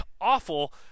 awful